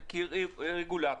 כרגולטור,